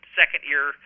second-year